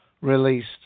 released